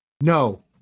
No